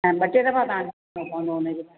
न ॿ टे दफ़ा तव्हांखे अचिणो पवंदो हुनजे लाइ